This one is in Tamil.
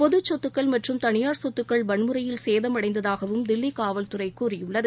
பொதுச் சொத்துக்கள் மற்றும் தனியார் சொத்துக்கள் வன்முறையில் சேதமடைந்ததாகவும் தில்லிகாவல்துறைகூறியுள்ளது